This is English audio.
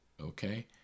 Okay